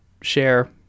share